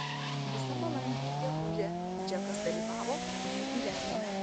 visą balandį ir gegužę džekas dalyvavo jų gyvenime